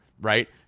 right